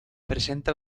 presenta